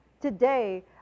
today